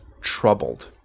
troubled